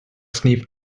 sniff